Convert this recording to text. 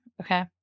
Okay